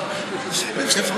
לא כי היה צריך,